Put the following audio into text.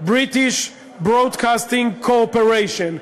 British Broadcasting Corporation.